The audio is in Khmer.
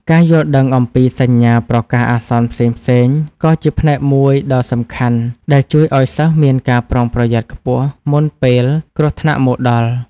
ការយល់ដឹងអំពីសញ្ញាប្រកាសអាសន្នផ្សេងៗ ក៏ជាផ្នែកមួយដ៏សំខាន់ដែលជួយឱ្យសិស្សមានការប្រុងប្រយ័ត្នខ្ពស់មុនពេលគ្រោះថ្នាក់មកដល់។